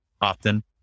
often